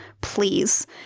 Please